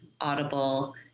audible